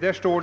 Där står